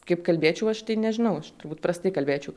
kaip kalbėčiau aš tai nežinau turbūt prastai kalbėčiau